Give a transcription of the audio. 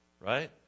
right